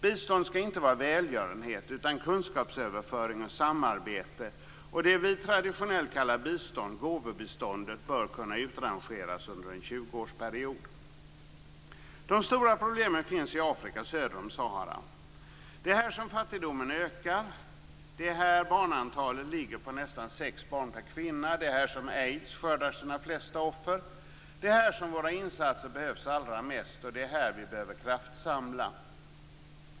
Bistånd skall inte vara välgörenhet utan kunskapsöverföring och samarbete. Det vi traditionellt kallar bistånd - gåvobiståndet - bör kunna utrangeras över en tjugoårsperiod. De stora problemen finns i Afrika söder om Sahara. Det är här som fattigdomen ökar. Det är här som barnantalet ligger på nästan sex barn per kvinna. Det är här som aids skördar sina flesta offer. Det är här som våra insatser behövs som allra mest. Det är här som vi behöver kraftsamla.